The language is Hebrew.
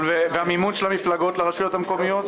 והמימון של המפלגות לרשויות המקומיות,